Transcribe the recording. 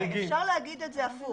אפשר להגיד את זה הפוך.